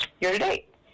year-to-date